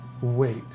wait